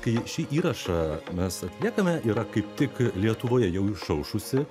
kai šį įrašą mes atliekame yra kaip tik lietuvoje jau išaušusi